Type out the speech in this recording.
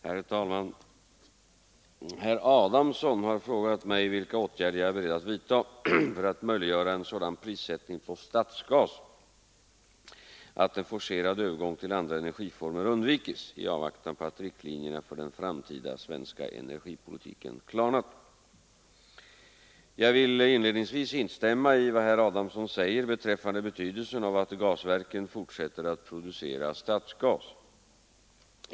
Herr talman! Herr Adamsson har frågat mig vilka åtgärder jag är beredd att vidta för att möjliggöra en sådan prissättning på stadsgas att en forcerad övergång till andra energiformer undvikes i avvaktan på att riktlinjerna för den framtida svenska energipolitiken klarnat. Jag vill inledningsvis instämma i vad herr Adamsson säger beträffande betydelsen av att gasverken fortsätter att producera stadsgas.